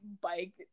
bike